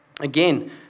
Again